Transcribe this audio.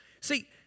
See